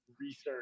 research